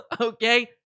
Okay